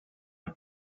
and